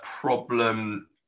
problem